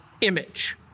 image